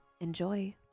Enjoy